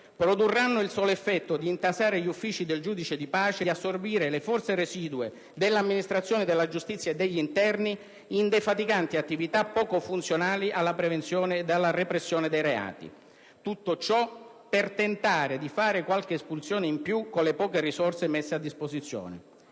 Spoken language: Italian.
produrranno il solo effetto di intasare gli uffici del giudice di pace e di assorbire le forze residue dell'amministrazione della giustizia e degli interni in defatiganti attività, poco funzionali alla prevenzione ed alla repressione dei reati; inoltre, tutto ciò per tentare di fare qualche espulsione in più con le poche risorse messe a disposizione.